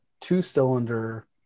two-cylinder